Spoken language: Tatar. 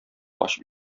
ачып